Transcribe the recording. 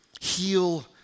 Heal